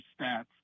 stats